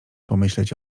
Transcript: pomyśleć